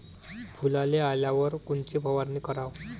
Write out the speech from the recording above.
फुलाले आल्यावर कोनची फवारनी कराव?